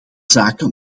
zaken